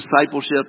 discipleship